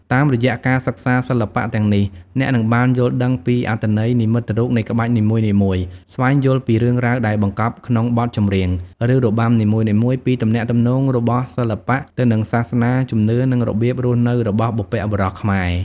តាមរយៈការសិក្សាសិល្បៈទាំងនេះ អ្នកនឹងបាន យល់ដឹងពីអត្ថន័យនិមិត្តរូបនៃក្បាច់នីមួយៗ ស្វែងយល់ពីរឿងរ៉ាវដែលបង្កប់ក្នុងបទចម្រៀង ឬរបាំនីមួយៗ ពីទំនាក់ទំនងរបស់សិល្បៈទៅនឹងសាសនា ជំនឿ និងរបៀបរស់នៅរបស់បុព្វបុរសខ្មែរ។